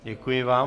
Děkuji vám.